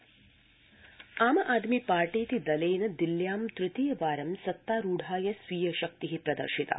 मतगणना आम आदमी पार्टीति दलेन दिल्ल्यां तृतीय वारं सत्ता रूढाय स्वीय शक्ति प्रदर्शिता